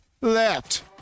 left